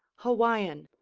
hawaiian,